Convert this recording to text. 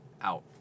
Out